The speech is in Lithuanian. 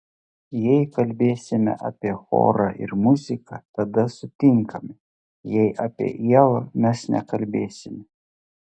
jei kalbėsime apie chorą ir muziką tada sutinkame jei apie ievą mes nekalbėsime